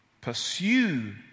Pursue